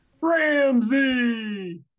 Ramsey